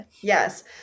Yes